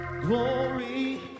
Glory